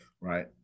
right